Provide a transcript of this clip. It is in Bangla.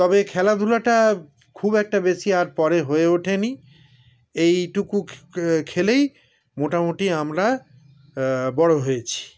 তবে খেলাধুলাটা খুব একটা বেশি আর পরে হয়ে ওঠেনি এইটুকু খেলেই মোটামুটি আমরা বড়ো হয়েছি